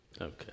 Okay